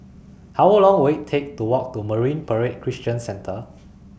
How Long Will IT Take to Walk to Marine Parade Christian Centre